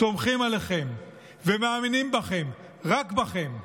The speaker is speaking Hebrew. סומכים עליכם ומאמינים בכם, רק בכם.